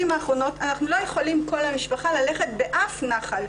האחרונות אנחנו לא יכולים כל המשפחה ללכת באף נחל.